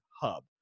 hub